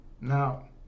Now